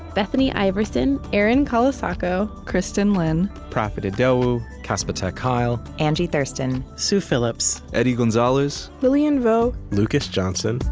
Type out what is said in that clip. bethany iverson, erin colasacco, kristin lin, profit idowu, casper ter kuile, angie thurston, sue phillips, eddie gonzalez, lilian vo, lucas johnson,